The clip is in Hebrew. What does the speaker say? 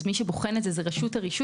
מי שבוחן את זה הוא רשות הרישוי,